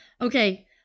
Okay